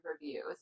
reviews